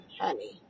honey